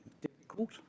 difficult